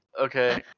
okay